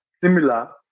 similar